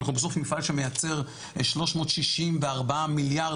אנחנו בסוף מפעל שמייצר 364 מיליארד,